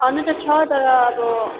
छन् नि त छ तर अब